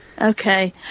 Okay